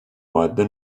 vadede